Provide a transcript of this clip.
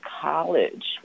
college